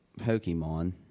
Pokemon